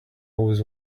always